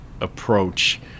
approach